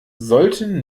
sollten